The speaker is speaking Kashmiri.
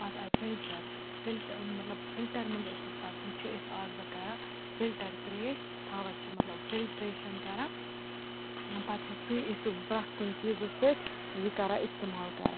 پَتہٕ آیہِ فِلٹَر فِلٹَہ مطلب فِلٹَر منٛز ٲسۍ أسۍ پَتہٕ چھِ أسۍ آز وۄنۍ کَران فِلٹَر ترٛیش تھاوان چھِ مطلب فِلٹرٛیشَن کَران پَتہٕ چھِ سُے أسۍ سُہ پرٛٮ۪تھ کُنہِ چیٖزس سۭتۍ یہِ کَران اِستعمال کَران